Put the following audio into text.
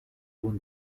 when